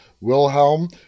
Wilhelm